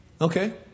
Okay